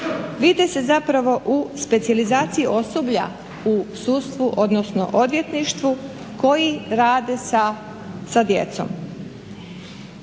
vide se zapravo u specijalizaciji osoblja u sudstvu, odnosno odvjetništvu koji rade sa djecom.